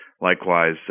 Likewise